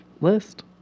list